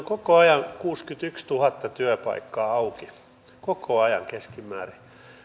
koko ajan kuusikymmentätuhatta työpaikkaa auki koko ajan keskimäärin